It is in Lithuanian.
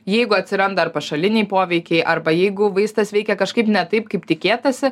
jeigu atsiranda ar pašaliniai poveikiai arba jeigu vaistas veikia kažkaip ne taip kaip tikėtasi